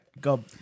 go